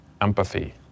empathy